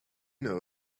know